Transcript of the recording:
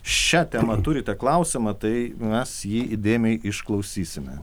šia tema turite klausimą tai mes jį įdėmiai išklausysime